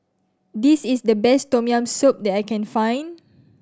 this is the best Tom Yam Soup that I can find